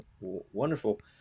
wonderful